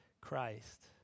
Christ